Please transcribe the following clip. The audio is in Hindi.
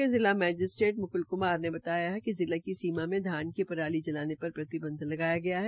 यमुनानगर के जिला मैजिस्ट्रेट मुकुल कुमार ने बताया है कि जिले की सीमा में धान की पराली जलाने पर प्रतिबंध लगाया गया है